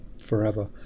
forever